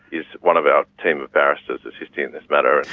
is one of our team of barristers assisting in this matter.